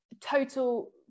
Total